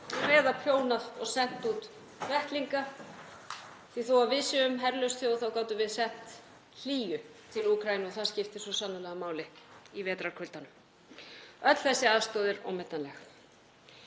eða prjónað og sent út vettlinga, því þótt við séum herlaus þjóð þá gátum við sent hlýju til Úkraínu og það skiptir svo sannarlega máli í vetrarkuldanum. Öll þessi aðstoð er ómetanleg.